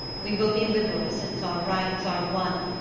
we will be liberal, since our rights are won.